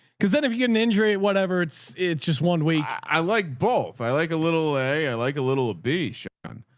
cause then if you get an injury at whatever, it's, it's just one week. i like both. i like a little way. i like a little a b tion,